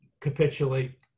capitulate